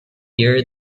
year